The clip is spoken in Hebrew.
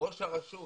ראש הרשות